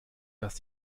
dass